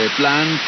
plan